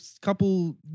couple